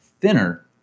thinner